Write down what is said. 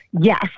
Yes